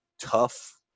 tough